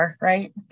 right